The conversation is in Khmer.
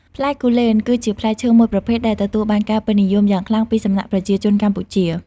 ផ្លែគូលែន គឺជាផ្លែឈើមួយប្រភេទដែលទទួលបានការពេញនិយមយ៉ាងខ្លាំងពីសំណាក់ប្រជាជនកម្ពុជា។